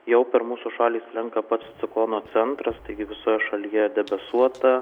jau per mūsų šalį slenka pats ciklono centras taigi visoje šalyje debesuota